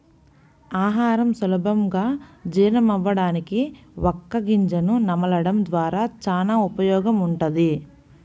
ఆహారం సులభంగా జీర్ణమవ్వడానికి వక్క గింజను నమలడం ద్వారా చానా ఉపయోగముంటది